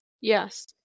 yes